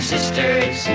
sisters